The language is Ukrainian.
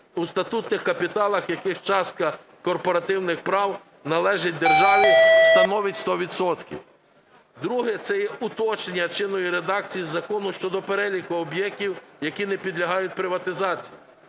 у статутних капіталах яких частка корпоративних прав належить державі становить 100 відсотків. Друге. Це є уточнення чинної редакції Закону щодо переліку об'єктів, які не підлягають приватизації.